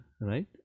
right